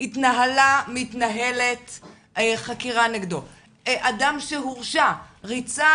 התנהלה או מתנהלת חקירה נגדו; אדם שהורשע וריצה